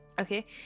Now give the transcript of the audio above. Okay